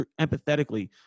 empathetically